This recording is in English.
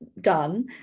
done